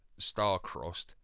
Starcrossed